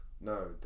No